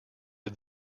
did